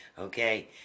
Okay